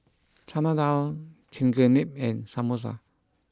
Chana Dal Chigenabe and Samosa